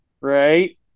right